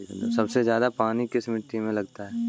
सबसे ज्यादा पानी किस मिट्टी में लगता है?